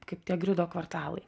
kaip tie grido kvartalai